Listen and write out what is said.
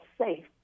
safe